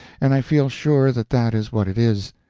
and i feel sure that that is what it is.